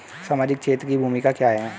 सामाजिक क्षेत्र की भूमिका क्या है?